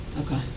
Okay